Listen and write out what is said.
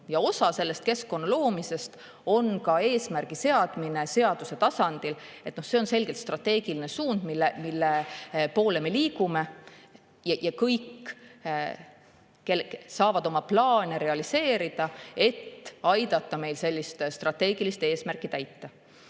Osa sellest keskkonna loomisest on ka eesmärgi seadmine seaduse tasandil. See on selgelt strateegiline suund, mille poole me liigume, ja kõik saavad oma plaane realiseerida, et aidata meil sellist strateegilist eesmärki täita.